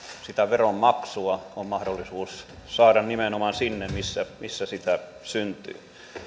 sitä veron maksua on mahdollisuus saada nimenomaan sinne missä missä sitä syntyy